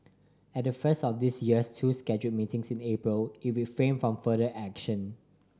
at the first of this year's two scheduled meetings in April it refrained from further action